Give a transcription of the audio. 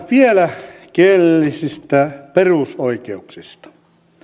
vielä kielellisistä perusoikeuksista